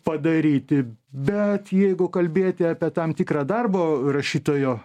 padaryti bet jeigu kalbėti apie tam tikrą darbo rašytojo